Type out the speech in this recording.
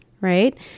right